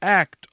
act